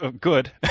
good